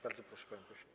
Bardzo proszę, panie pośle.